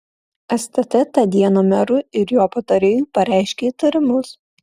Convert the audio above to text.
stt tą dieną merui ir jo patarėjui pareiškė įtarimus